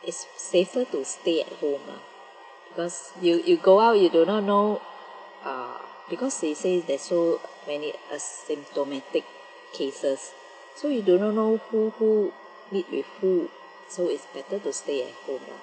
it's safer to stay at home lah because you you go out you do not know ah because they say there's so many uh asymptomatic cases so you do not know who who meet with who so it's better to stay at home lor